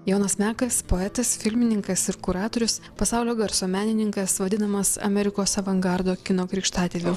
jonas mekas poetas filmininkas ir kuratorius pasaulio garso menininkas vadinamas amerikos avangardo kino krikštatėviu